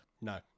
No